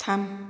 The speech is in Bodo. थाम